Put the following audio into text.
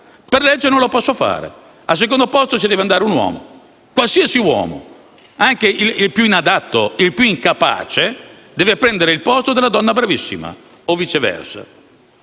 per legge non lo posso fare: al secondo posto ci deve andare un uomo, qualsiasi uomo, anche il più inadatto e il più incapace deve prendere il posto della donna bravissima, o viceversa.